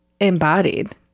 embodied